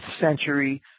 century